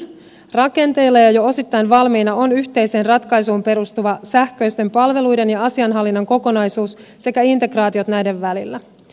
rakenteilla ja jo osittain valmiina ovat yhteiseen ratkaisuun perustuva sähköisten palvelujen ja asianhallinnan kokonaisuus sekä integraatiot näiden välillä